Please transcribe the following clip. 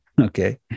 Okay